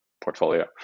portfolio